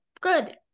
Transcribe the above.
good